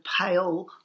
pale